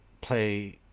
play